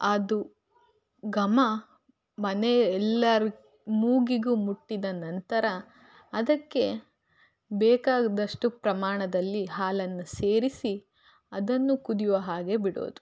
ಅದು ಘಮ ಮನೆಯ ಎಲ್ಲರ ಮೂಗಿಗೂ ಮುಟ್ಟಿದ ನಂತರ ಅದಕ್ಕೆ ಬೇಕಾದಷ್ಟು ಪ್ರಮಾಣದಲ್ಲಿ ಹಾಲನ್ನು ಸೇರಿಸಿ ಅದನ್ನು ಕುದಿಯುವ ಹಾಗೆ ಬಿಡುವುದು